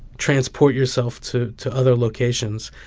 transport yourself to to other locations,